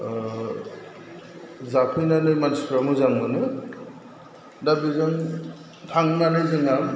ओह जाफैनानै मानसिफ्रा मोजां मोनो दा बेजों थांनानै जोंहा